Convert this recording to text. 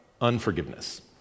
unforgiveness